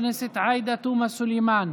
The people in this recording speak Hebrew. גבי לסקי ומיכל רוזין,